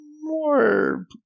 more